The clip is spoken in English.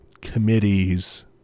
committees